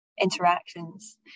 interactions